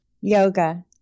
Yoga